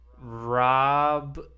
Rob